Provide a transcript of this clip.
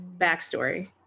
Backstory